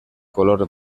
color